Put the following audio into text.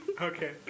Okay